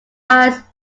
eyes